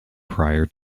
prior